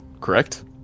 correct